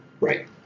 right